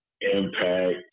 impact